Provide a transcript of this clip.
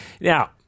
Now